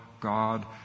God